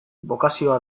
bokazioa